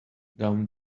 down